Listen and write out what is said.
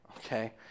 Okay